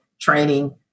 training